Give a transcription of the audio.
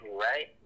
right